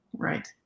Right